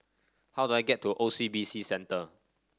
how do I get to O C B C Centre